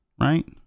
right